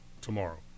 tomorrow